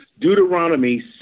Deuteronomy